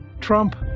Trump